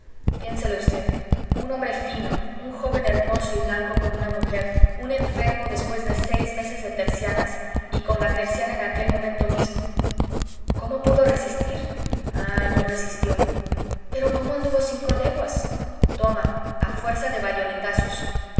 piénselo v un hombre fino un joven hermoso y blanco como una mujer un enfermo después de seis meses de tercianas y con la terciana en aquel momento mismo cómo pudo resistir ah no resistió pero cómo anduvo cinco leguas toma a fuerza de bayonetazos prosiga v